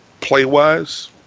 play-wise